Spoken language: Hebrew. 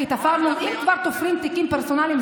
אם כבר תופרים תיקים פרסונליים,